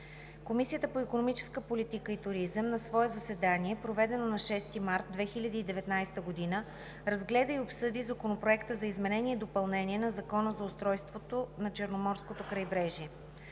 Комисията по икономическа политика и туризъм на свое заседание, проведено на 6 март 2019 г., разгледа и обсъди Законопроекта за изменение и допълнение на Закона за устройството на Черноморското крайбрежие